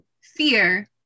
fear